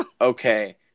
okay